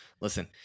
listen